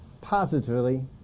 positively